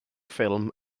ffilm